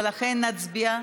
ולכן נצביע,